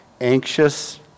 anxious